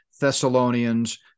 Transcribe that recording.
Thessalonians